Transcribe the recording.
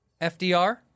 FDR